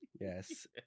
Yes